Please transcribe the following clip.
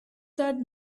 that